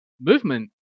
movement